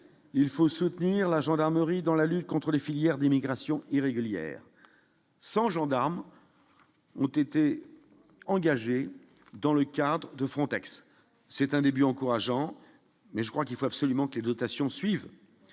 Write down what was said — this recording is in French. il faut soutenir la gendarmerie dans la lutte contre les filières d'immigration irrégulière 100 gendarmes ont été engagés dans le cadre de Frontex, c'est un début encourageant mais je crois qu'il faut absolument que les dotations suivent